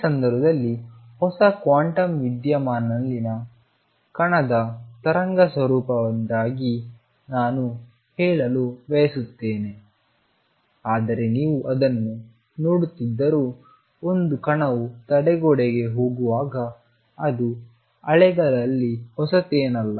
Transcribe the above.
ಈ ಸಂದರ್ಭದಲ್ಲಿ ಹೊಸ ಕ್ವಾಂಟಮ್ ವಿದ್ಯಮಾನಗಳಲ್ಲಿನ ಕಣದ ತರಂಗ ಸ್ವರೂಪದಿಂದಾಗಿ ನಾನು ಹೇಳಲು ಬಯಸುತ್ತೇನೆ ಆದರೆ ನೀವು ಅದನ್ನು ನೋಡುತ್ತಿದ್ದರೂ ಒಂದು ಕಣವು ತಡೆಗೋಡೆಗೆ ಹೋಗುವಾಗ ಅದು ಅಲೆಗಳಲ್ಲಿ ಹೊಸದೇನಲ್ಲ